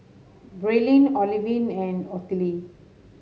Braelyn Olivine and Ottilie